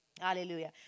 Hallelujah